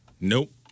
Nope